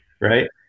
Right